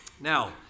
Now